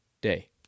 day